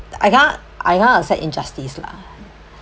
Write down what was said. I cannot I cannot accept injustice lah